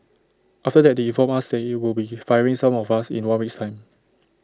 after that they informed us they would be firing some of us in one week's time